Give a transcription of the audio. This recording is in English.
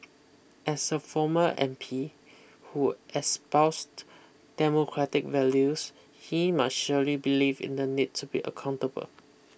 as a former M P who espoused democratic values he must surely believe in the need to be accountable